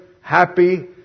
happy